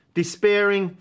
despairing